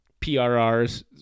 prrs